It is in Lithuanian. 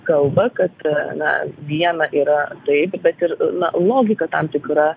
kalba kad na viena yra taip bet ir na logika tam tikra